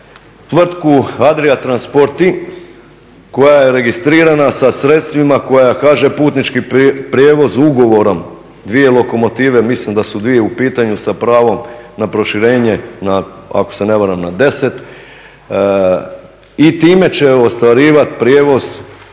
tvrtku Adria transporti koja je registrirana sa sredstvima koja HŽ putnički prijevoz ugovorom dvije lokomotive, mislim da su dvije u pitanju sa pravom na proširenje ako se ne varam na deset, i time će ostvarivat prijevoz